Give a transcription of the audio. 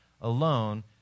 alone